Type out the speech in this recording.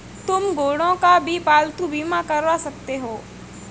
तुम घोड़ों का भी पालतू बीमा करवा सकते हो